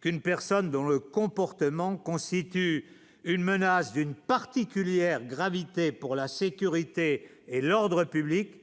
qu'une personne dont le comportement constitue une menace d'une particulière gravité pour la sécurité et l'ordre public